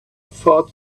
thought